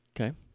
Okay